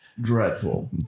Dreadful